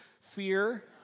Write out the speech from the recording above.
fear